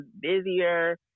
busier